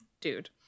dude